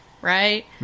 Right